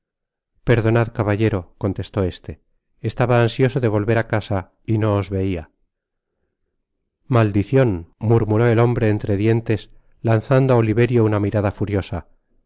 perdonad caballero contestó éste estaba ansioso do volver ú casa y no os veia maldicion murmuró el hombre entre dientes lanzando á oliverlq una mirada furiosa